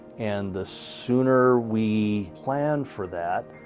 and the sooner we plan for that,